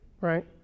right